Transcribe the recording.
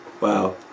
wow